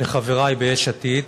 לחברי ביש עתיד